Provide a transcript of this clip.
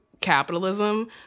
capitalism